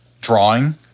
drawing